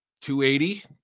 280